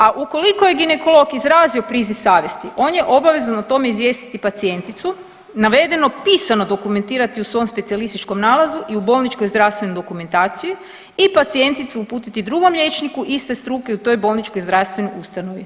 A ukoliko je ginekolog izrazio priziv savjesti on je obavezan o tome izvijestiti pacijenticu, navedeno pisano dokumentirati u svom specijalističkom nalazu i u bolničkoj zdravstvenoj dokumentaciji i pacijenticu uputiti drugom liječniku iste struke u toj bolničkoj zdravstvenoj ustanovi.